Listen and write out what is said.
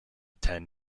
ten